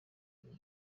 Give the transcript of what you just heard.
uri